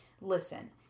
listen